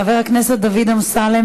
חבר הכנסת דוד אמסלם,